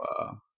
wow